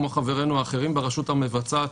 כמו חברינו האחרים ברשות המבצעת,